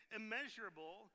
immeasurable